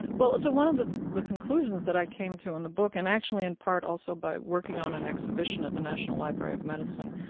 well, so one of the the conclusions that i came to in the book, and actually, in part, also by working on an exhibition at the national library of medicine,